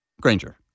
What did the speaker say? Granger